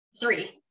Three